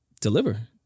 Deliver